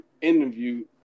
interview